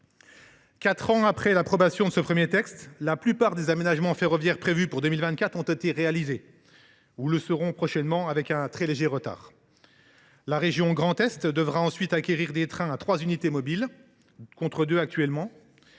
Quatre ans après l’approbation de ce premier texte, la plupart des aménagements ferroviaires prévus pour 2024 ont été réalisés ou le seront prochainement avec un très léger retard. La région Grand Est devra ensuite acquérir des trains à trois unités mobiles, contre deux actuellement,